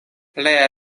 lia